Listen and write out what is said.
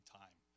time